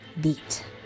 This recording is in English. beat